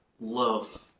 love